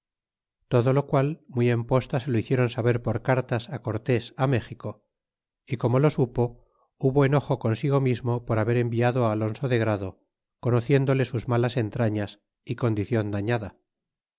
todo lo qual muy en posta se lo hiciéron saber por cartas cortés méxico y como lo supo hubo enojo consigo mismo por haber enviado alonso de grado conociéndole sus malas entrañas fi condicion dañada